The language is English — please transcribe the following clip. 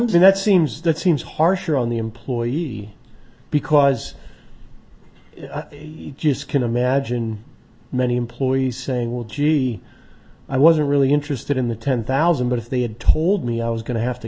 under that seems that seems harsher on the employee because you just can imagine many employees saying well gee i wasn't really interested in the ten thousand but if they had told me i was going to have to